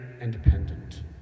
independent